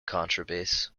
contrabass